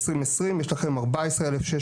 ב-2020 יש לכם 14,647